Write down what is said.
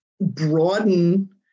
broaden